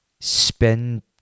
spend